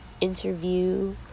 interview